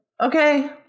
okay